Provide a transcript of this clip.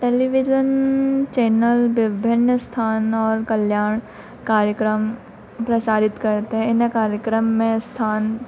television channel विभिन्न स्थान और कल्याण कार्यक्रम प्रसारित करते हैं इन्हें कार्यक्रम में स्थान